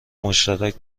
مشترک